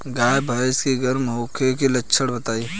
गाय भैंस के गर्म होखे के लक्षण बताई?